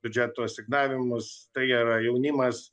biudžeto asignavimus tai yra jaunimas